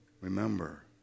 remember